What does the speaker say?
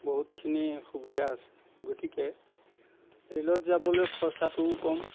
বহুতখিনি সুবিধা আছে গতিকে ৰে'লত যাবলৈ খৰচাটোও কম